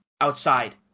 outside